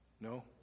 No